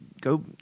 go